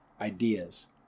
ideas